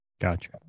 Gotcha